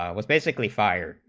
um was basically fire,